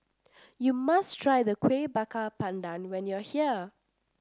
you must try the Kuih Bakar Pandan when you are here